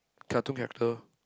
there are two character